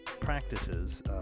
practices